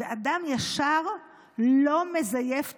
ואדם ישר לא מזייף תעודות,